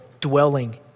dwelling